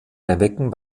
erwecken